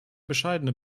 bescheidene